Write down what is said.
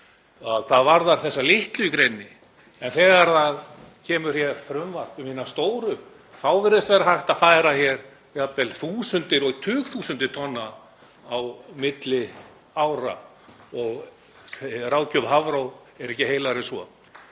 hvað varðar þessa litlu í greininni. En þegar hér kemur frumvarp um hina stóru þá virðist vera hægt að færa jafnvel þúsundir og tugþúsundir tonna á milli ára. Ráðgjöf Hafró er ekki heilagri en svo.